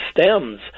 stems